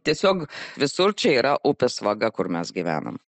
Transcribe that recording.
tiesiog visur čia yra upės vaga kur mes gyvenam